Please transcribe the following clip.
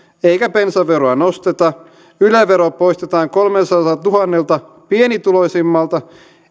eikä bensaveroa nosteta yle vero poistetaan kolmeltasadaltatuhannelta pienituloisimmalta